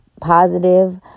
positive